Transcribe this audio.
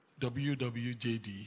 WWJD